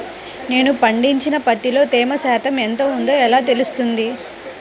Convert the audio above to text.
నేను పండించిన పత్తిలో తేమ శాతం ఎంత ఉందో ఎలా తెలుస్తుంది?